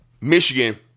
Michigan